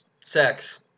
sex